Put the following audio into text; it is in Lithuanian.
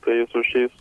tai su šiais